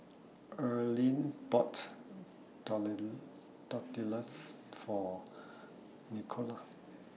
Earline boughts taller Tortillas For Nikole